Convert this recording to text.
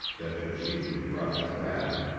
that had chiefly brought him back.